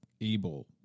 able